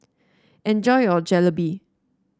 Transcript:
enjoy your Jalebi